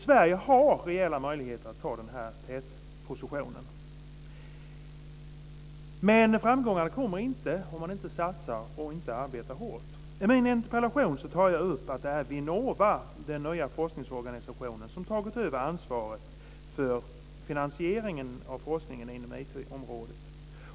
Sverige har reella möjligheter att inta en tätposition på området men framgångar kommer inte om man inte satsar och inte arbetar hårt. I min interpellation nämner jag Vinnova, den nya forskningsorganisation som tagit över ansvaret för finansieringen av forskning inom IT-området.